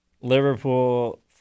Liverpool